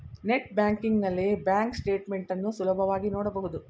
net banking ನಲ್ಲಿ bank statement ಅನ್ನು ಸುಲಭವಾಗಿ ನೋಡಬಹುದು